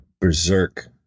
Berserk